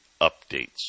updates